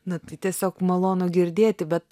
na tai tiesiog malonu girdėti bet